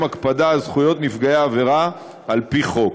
הקפדה על זכויות נפגעי העבירה על-פי חוק.